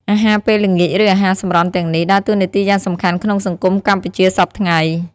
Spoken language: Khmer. អាហារពេលល្ងាច ឬអាហារសម្រន់ទាំងនេះ ដើរតួនាទីយ៉ាងសំខាន់ក្នុងសង្គមកម្ពុជាសព្វថ្ងៃ។